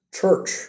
church